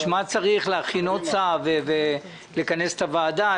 בשביל מה צריך להכין עוד צו ולכנס את הוועדה?